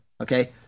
Okay